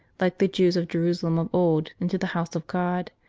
like the jews of jerusalem of old, into the house of god,